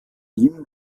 ihm